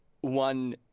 one